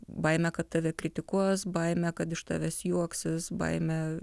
baimė kad tave kritikuos baimė kad iš tavęs juoksis baimė